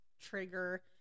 trigger